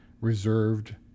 reserved